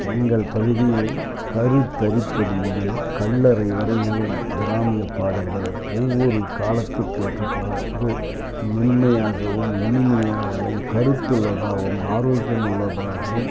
எங்கள் பகுதியில் கருத்தரிப்பது முதல் கல்லறை வரையிலும் கிராமிய பாடல்கள் ஒவ்வொரு காலத்திற்கு ஏற்றவாறு மென்மையாகவும் இனிமையாகவும் கருத்துள்ளதாகவும் ஆரோக்கியமுள்ளதாகவும்